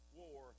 war